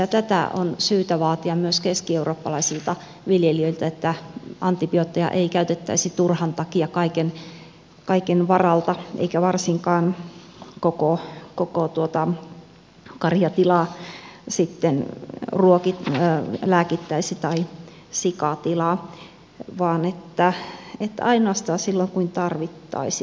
ja tätä on syytä vaatia myös keskieurooppalaisilta viljelijöiltä että antibiootteja ei käytettäisi turhan takia kaiken varalta eikä varsinkaan koko karjatilaa sitten lääkittäisi tai sikatilaa vaan ainoastaan silloin kun tarvittaisiin